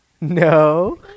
No